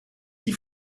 die